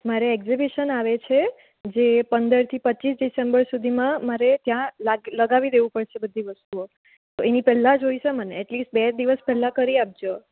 મારે એક્ઝિબિશન આવે છે જે પંદરથી પચીસ ડિસેમ્બર સુધીમાં મારે ત્યાં લગાવી દેવું પડશે બધી વસ્તુઓ તો એની પહેલાં જોઈશે મને એટલીસ્ટ બે દિવસ પહેલાં કરી આપજો